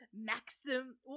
Maxim